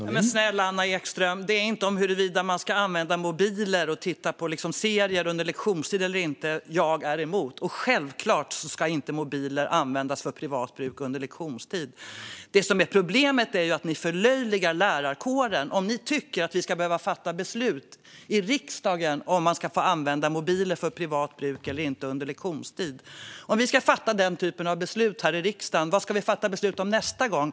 Herr talman! Men snälla Anna Ekström, det handlar inte om huruvida jag är emot att man ska använda mobiler och titta på serier under lektionstid eller inte. Självklart ska mobiler inte användas för privat bruk under lektionstid. Det som är problemet är att ni förlöjligar lärarkåren om ni tycker att vi ska behöva fatta beslut i riksdagen om man ska få använda mobiler för privat bruk eller inte under lektionstid. Om vi ska fatta den typen av beslut här i riksdagen, vad ska vi då fatta beslut om nästa gång?